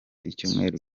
icyumweru